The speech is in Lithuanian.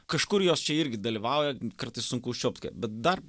kažkur jos čia irgi dalyvauja kartais sunku užčiuopti bet dar